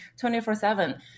24-7